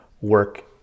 work